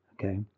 Okay